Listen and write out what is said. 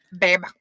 babe